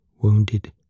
wounded